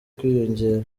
kwiyongera